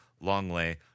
Longley